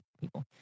people